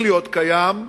קיים,